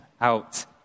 out